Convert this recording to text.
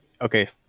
okay